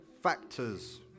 Factors